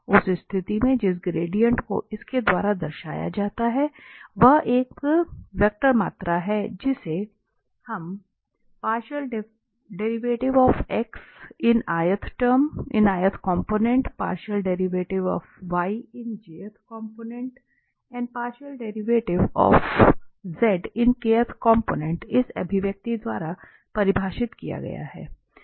उस स्थिति में जिस ग्रेडिएंट को इसके द्वारा दर्शाया जाता है वह एक वेक्टर मात्रा है जिसे इस अभिव्यक्ति द्वारा परिभाषित किया गया है